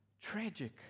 tragic